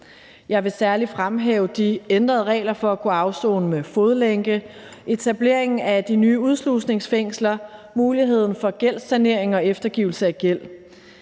Jeg vil særlig fremhæve de ændrede regler for at kunne afsone med fodlænke, etablering af de nye udslusningsfængsler, muligheden for gældssanering og eftergivelse af gæld.